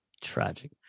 Tragic